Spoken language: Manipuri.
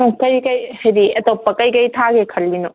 ꯀꯩꯀꯩ ꯍꯥꯏꯗꯤ ꯑꯇꯣꯞꯄ ꯀꯩꯀꯩ ꯊꯥꯒꯦ ꯈꯜꯂꯤꯅꯣ